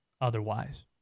otherwise